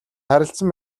харилцан